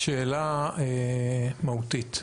אבל קטי, שאלה מהותית.